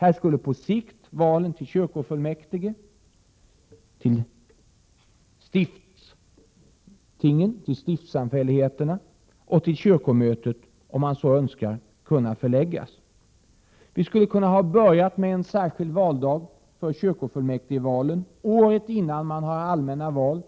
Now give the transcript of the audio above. Dit skulle på sikt val till kyrkofullmäktige, stiftssamfälligheter och kyrkomöte förläggas om man så önskade. Vi skulle ha kunnat börja med en särskild valdag för kyrkofullmäktigevalen året före de allmänna valen